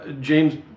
James